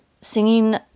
singing